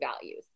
values